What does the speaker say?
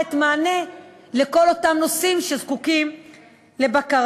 לתת מענה לכל אותם נושאים שזקוקים לבקרה.